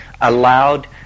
allowed